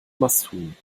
masthuhn